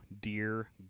dear